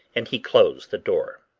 and he closed the door.